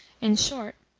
in short,